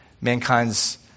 mankind's